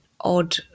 odd